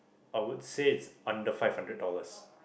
I would say it's under five hundred dollars